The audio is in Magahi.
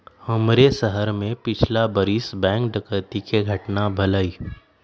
हमरे शहर में पछिला बरिस बैंक डकैती कें घटना भेलइ